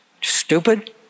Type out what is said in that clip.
stupid